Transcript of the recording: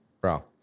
Bro